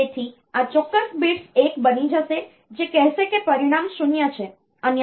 તેથી આ ચોક્કસ bits 1 બની જશે જે કહેશે કે પરિણામ 0 છે